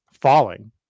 falling